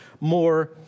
more